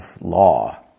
law